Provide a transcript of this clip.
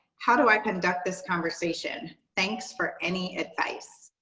how do i conduct this conversation? thanks for any advice.